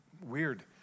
weird